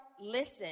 listen